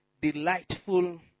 delightful